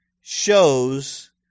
shows